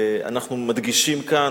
אנחנו מדגישים כאן,